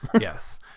Yes